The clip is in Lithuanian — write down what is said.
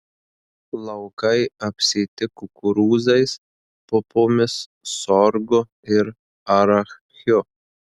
laukai apsėti kukurūzais pupomis sorgu ir arachiu